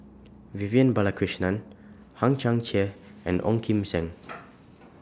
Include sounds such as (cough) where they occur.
Vivian Balakrishnan Hang Chang Chieh (noise) and Ong Kim Seng (noise)